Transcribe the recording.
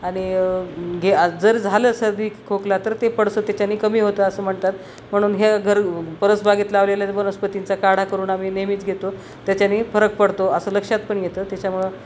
आणि घे जर झालं सर्दी खोकला तर ते पडसं त्याच्याने कमी होतं असं म्हणतात म्हणून ह्या घरगु परसबागेत लावलेल्या वनस्पतींचा काढा करून आम्ही नेहमीच घेतो त्याच्याने फरक पडतो असं लक्षात पण येतं त्याच्यामुळं